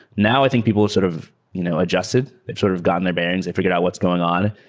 now i think people have sort of you know adjusted. they've sort of gotten their bearings and figured out what's going on,